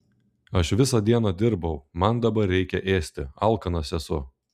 aš visą dieną dirbau man dabar reikia ėsti alkanas esu